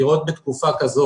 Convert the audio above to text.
לראות בתקופה כזאת,